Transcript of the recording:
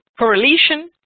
correlation